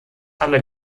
alle